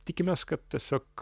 tikimės kad tiesiog